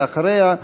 ואחריה,